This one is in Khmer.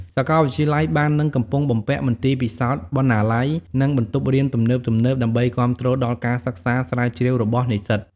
សាកលវិទ្យាល័យបាននិងកំពុងបំពាក់មន្ទីរពិសោធន៍ បណ្ណាល័យ និងបន្ទប់រៀនទំនើបៗ ដើម្បីគាំទ្រដល់ការសិក្សាស្រាវជ្រាវរបស់និស្សិត។